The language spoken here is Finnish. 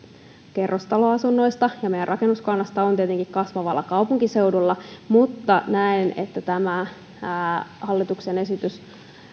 kerrostaloasunnoista ja meidän rakennuskannasta on tietenkin kasvavalla kaupunkiseudulla näen että tämä hallituksen esitys